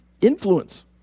Influence